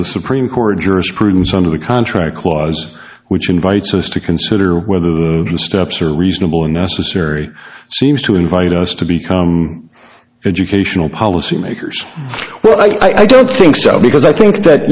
supreme court jurisprudence under the contract clause which invites us to consider whether the steps are reasonable and necessary seems to invite us to become educational policymakers well i don't think so because i think